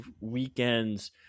weekend's –